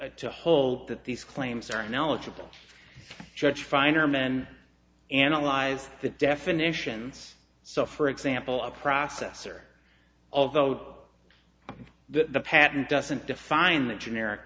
claim to hold that these claims are knowledgeable judge finer men analyze the definitions so for example a processor although the patent doesn't define the generic